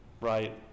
right